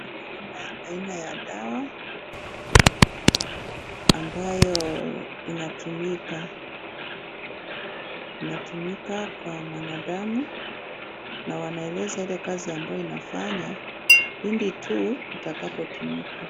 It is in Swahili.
Naona aina ya dawa ambayo inatumika, inatumika kwa mwanadamu na wanaeleza ile kazi ambayo inafanya pindi tu itakapotumiwa.